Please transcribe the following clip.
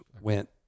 went